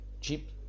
cheap